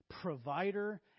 provider